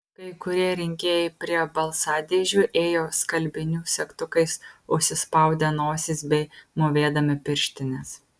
kai kurie rinkėjai prie balsadėžių ėjo skalbinių segtukais užsispaudę nosis bei mūvėdami pirštines